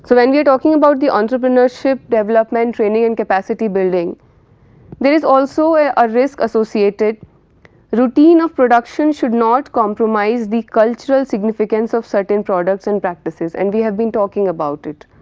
so and we are talking about the entrepreneurship development training and capacity building there is also a ah risk associated routine of production should not compromise the cultural significance of certain products and practices and we have been talking about it.